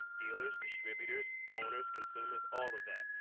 dealers, distributors, owners, consumers all of that.